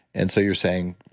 and so you're saying,